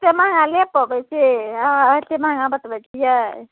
एतेक एतेक महङ्गा लै पबै से अहाँ एतेक महङ्गा बतबैत छियै